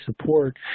support